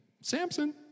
Samson